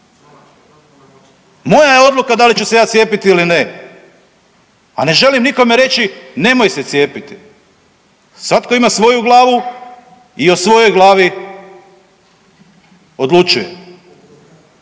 Moja je odluka da li ću se ja cijepiti ili ne, a ne želim nikome reći nemoj se cijepiti. Svatko ima svoju glavu i o svojoj glavi odlučuje.